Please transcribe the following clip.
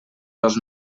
dos